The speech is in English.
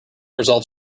resolve